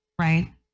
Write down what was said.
Right